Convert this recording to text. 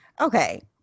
Okay